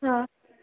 हा